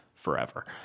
forever